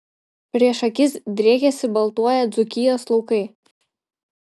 prieš akis driekėsi baltuoją dzūkijos laukai